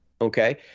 Okay